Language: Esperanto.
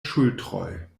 ŝultroj